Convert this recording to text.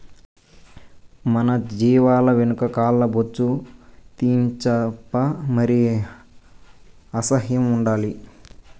మన జీవాల వెనక కాల్ల బొచ్చు తీయించప్పా మరి అసహ్యం ఉండాలి